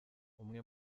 umwe